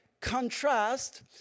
contrast